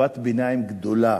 שכבת ביניים גדולה.